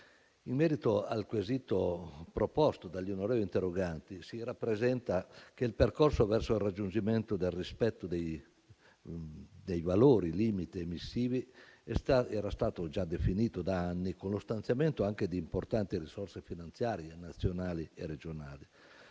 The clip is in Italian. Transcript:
In merito al quesito proposto dagli onorevoli interroganti, si rappresenta che il percorso verso il raggiungimento del rispetto dei valori limite emissivi era stato già definito da anni, con uno stanziamento anche di importanti risorse finanziarie nazionali e regionali.